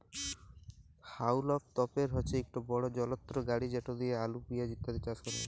হাউলম তপের হছে ইকট বড় যলত্র গাড়ি যেট লিঁয়ে আলু পিয়াঁজ ইত্যাদি চাষ ক্যরা হ্যয়